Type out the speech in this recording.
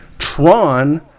tron